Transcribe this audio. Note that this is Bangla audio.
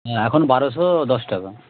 হ্যাঁ এখন বারোশো দশ টাকা